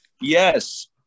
Yes